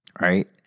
Right